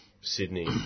Sydney